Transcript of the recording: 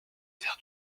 faire